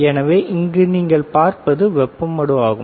எனவே இங்கு நீங்கள் பார்ப்பது வெப்ப மடு ஆகும்